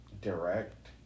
direct